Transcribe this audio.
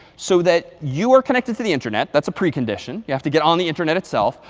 so that you are connected to the internet. that's a precondition. you have to get on the internet itself.